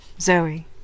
Zoe